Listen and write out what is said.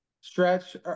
stretch